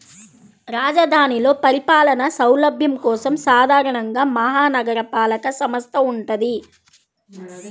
రాజధానిలో పరిపాలనా సౌలభ్యం కోసం సాధారణంగా మహా నగరపాలక సంస్థ వుంటది